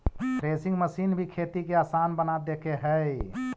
threshing machine भी खेती के आसान बना देके हइ